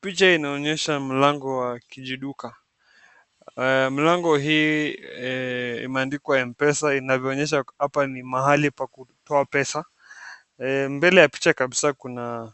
Picha inaonyesha mlango wa kijiduka. Mlango hii imeandikwa M-Pesa inayoonyesha hapa ni mahali pa kutoa pesa. Mbele ya picha kabisa kuna